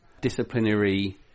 disciplinary